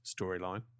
storyline